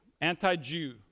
anti-Jew